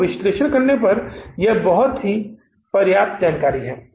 तो यह विश्लेषण करने के लिए यह बहुत जानकारी पर्याप्त है